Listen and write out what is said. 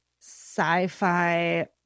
sci-fi